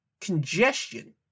congestion